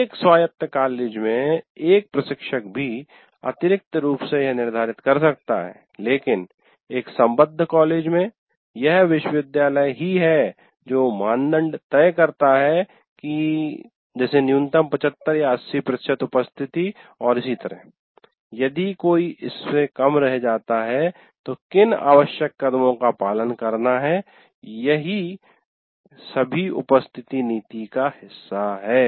एक स्वायत्त कॉलेज में एक प्रशिक्षक भी अतिरिक्त रूप से यह निर्धारित कर सकता है लेकिन एक संबद्ध कॉलेज में यह विश्वविद्यालय ही है जो मानदंड तय करता है कि जैसे न्यूनतम 75 या 80 प्रतिशत उपस्थिति और इसी तरह यदि कोई इससे कम रह जाता है तो किन आवश्यक कदमो का पालन करना हैं यह सभी उपस्थिति नीति का हिस्सा हैं